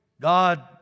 God